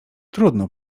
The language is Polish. trudno